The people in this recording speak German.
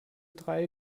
drei